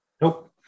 nope